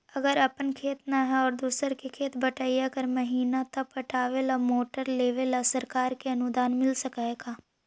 अगर अपन खेत न है और दुसर के खेत बटइया कर महिना त पटावे ल मोटर लेबे ल सरकार से अनुदान मिल सकले हे का?